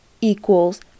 equals